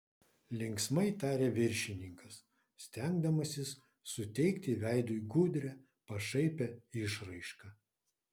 linksmai tarė viršininkas stengdamasis suteikti veidui gudrią pašaipią išraišką